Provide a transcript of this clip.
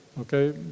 Okay